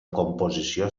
composició